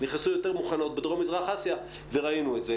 נכנסו יותר מוכנות בדרום מזרח אסיה וראינו את זה.